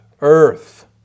earth